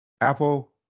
Apple